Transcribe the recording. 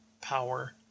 power